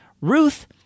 Ruth